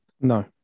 no